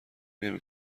نمی